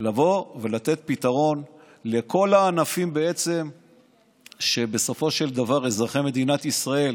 לבוא ולתת פתרון לכל הענפים שבסופו של דבר אזרחי מדינת ישראל